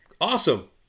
awesome